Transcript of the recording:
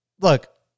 Look